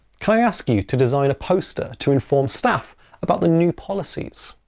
can i ask you to design a poster to inform staff about the new policies?